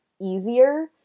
easier